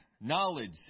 knowledge